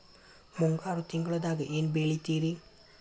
ಮುಂಗಾರು ತಿಂಗಳದಾಗ ಏನ್ ಬೆಳಿತಿರಿ?